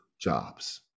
jobs